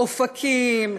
אופקים,